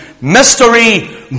Mystery